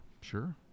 Sure